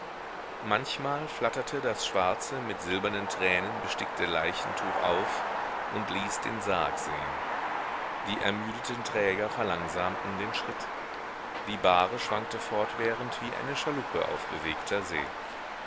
manchmal flatterte das schwarze mit silbernen tränen bestickte leichentuch auf und ließ den sarg sehen die ermüdeten träger verlangsamten den schritt die bahre schwankte fortwährend wie eine schaluppe auf bewegter see